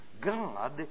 God